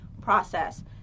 process